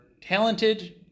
talented